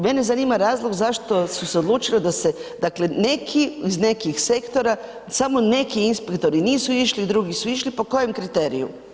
Mene zanima razlog zašto su se odlučili da se dakle neki iz nekih sektora samo neki inspektori nisu išli, drugi su išli, po kojem kriteriju?